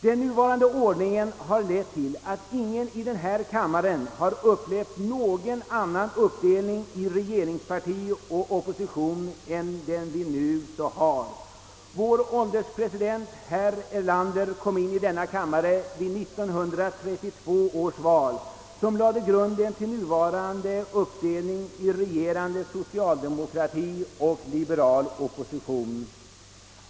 Den nuvarande ordningen har lett till att ingen i denna kammare har upplevt någon annan uppdelning i regeringsparti och opposition än den vi nu har, Vår ålderspresident, herr Erlander, kom in i denna kammare efter 1932 års val, som lade grunden till den nuvarande uppdelningen i regerande socialdemokrati och liberal opposition.